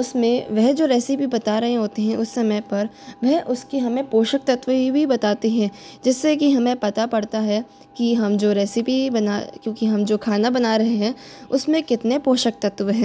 उसमें वह जो रेसपी बता रहे होते हैं उस समय पर वह उसकी हमें पोषक तत्व यह भी बताते हैं जिससे कि हमें पता पड़ता है कि हम जो रेसपी बना क्योंकि हम जो खाना बना रहे हैं उसमें कितने पोषक तत्व है